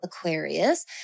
aquarius